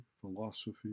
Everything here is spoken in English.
philosophy